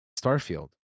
Starfield